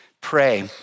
Pray